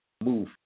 move